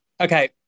Okay